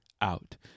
out